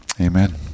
Amen